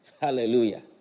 Hallelujah